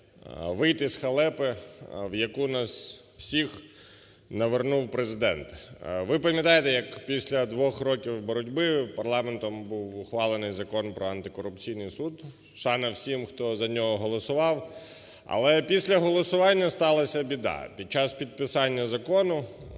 вийти з халепи, в яку нас всіх навернув Президент. Ви пам'ятаєте, як після двох років боротьби парламентом був ухвалений Закон про антикорупційний суд. Шана всім, хто за нього голосував. Але після голосування сталася біда. Під час підписання закону,